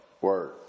Word